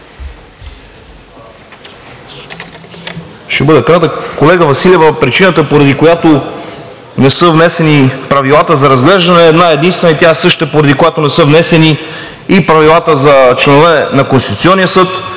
Ще бъда кратък. Колега Василева, причината, поради която не са внесени Правилата за разглеждане, е една-единствена – тя е същата, поради която не са внесени и Правилата за членове на Конституционния съд,